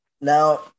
Now